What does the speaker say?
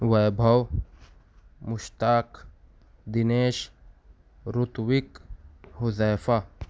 Vaibhav Mushtaq Dinesh Ritwik Huzaifa